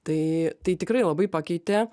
tai tai tikrai labai pakeitė